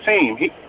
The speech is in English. team